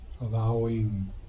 Allowing